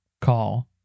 call